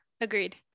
agreed